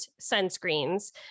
sunscreens